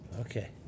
Okay